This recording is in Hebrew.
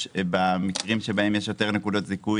במקרים שבהם יש יותר נקודות זיכוי,